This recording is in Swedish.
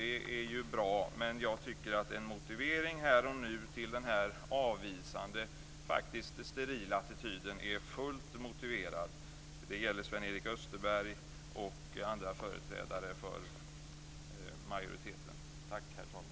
Det är ju bra, men jag tycker att en motivering här och nu till den här avvisande och sterila attityden är fullt motiverad. Det gäller Tack, herr talman!